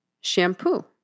shampoo